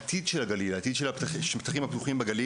לחיים בגליל ומעמיד את עתיד הגליל והשטחים הפתוחים בו,